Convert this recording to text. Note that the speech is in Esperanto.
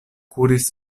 kuris